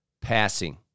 passing